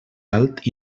alt